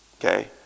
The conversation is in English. okay